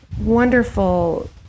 wonderful